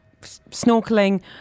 snorkeling